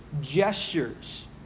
gestures